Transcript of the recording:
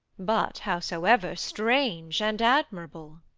but howsoever strange and admirable.